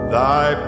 Thy